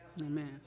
Amen